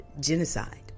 genocide